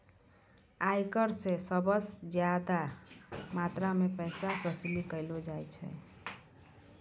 आयकर स सबस ज्यादा मात्रा म पैसा वसूली कयलो जाय छै